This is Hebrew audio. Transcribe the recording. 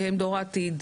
שהם דור העתיד,